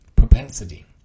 propensity